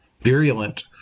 virulent